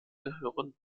gehören